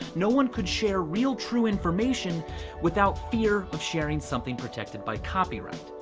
no one could share real true information without fear of sharing something protected by copyright.